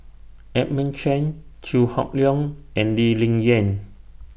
Edmund Chen Chew Hock Leong and Lee Ling Yen